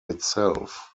itself